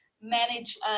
manage